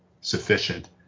sufficient